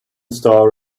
star